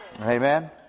Amen